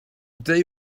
day